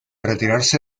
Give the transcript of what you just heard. retirarse